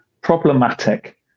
problematic